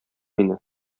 мине